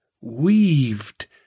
weaved